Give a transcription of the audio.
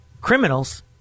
Criminals